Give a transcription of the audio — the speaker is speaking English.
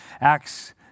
Acts